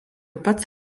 pats